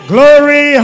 Glory